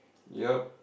yup